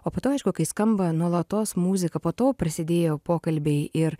o po to aišku kai skamba nuolatos muzika po to prasidėjo pokalbiai ir